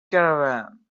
caravan